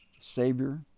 Savior